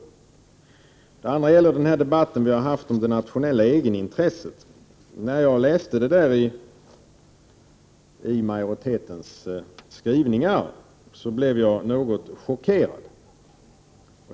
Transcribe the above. En annan fråga gäller den debatt som vi har haft om det nationella egenintresset. När jag läste om detta i utskottsmajoritetens skrivning blev jag något chockerad.